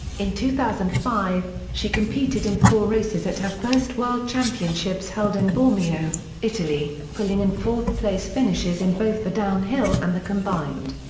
in two thousand and five, she competed in four races at her first world championships held in bormio, italy, pulling in fourth-place finishes in both the downhill and the combined.